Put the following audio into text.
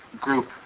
group